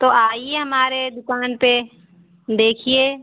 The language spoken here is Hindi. तो आइए हमारे दुकान प देखिए